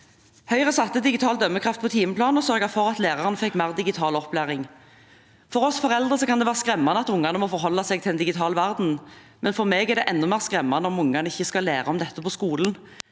Høyre satte digital dømmekraft på timeplanen og sørget for at lærerne fikk mer digital opplæring. For oss foreldre kan det være skremmende at ungene må forholde seg til en digital verden, men for meg er det enda mer skremmende om ungene ikke skal lære om dette på skolen.